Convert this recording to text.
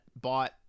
bought